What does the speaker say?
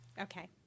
Okay